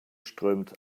strömt